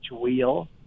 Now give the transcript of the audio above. wheel